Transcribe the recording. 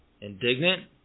indignant